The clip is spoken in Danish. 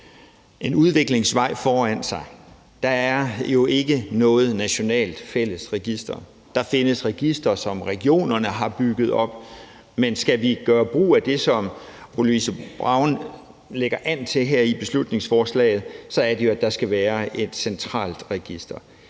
en udviklingsvej foran; der er jo ikke noget nationalt fælles register. Der findes registre, som regionerne har bygget op, men skal vi gøre brug af det, som fru Louise Brown lægger op til her i beslutningsforslaget, skal der jo være et centralt register.